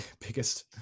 biggest